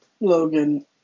Logan